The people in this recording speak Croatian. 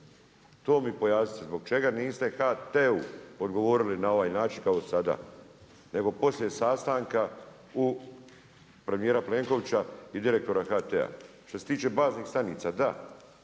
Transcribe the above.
To mi pojasnite zbog čega niste HT-u odgovorili na ovaj način kao sada nego poslije sastanka premijera Plenkovića i direktora HT-a. Što se tiče baznih stanica, da